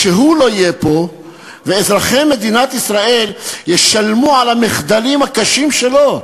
כשהוא לא יהיה פה ואזרחי מדינת ישראל ישלמו על המחדלים הקשים שלו?